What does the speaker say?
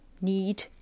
need